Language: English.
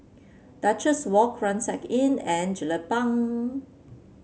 Duchess Walk Rucksack Inn and Jelapang